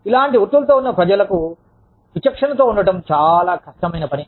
ఇలాంటి వృత్తులలో ఉన్నప్రజలకు విచక్షణతో ఉండటం చాలా కష్టమైన పని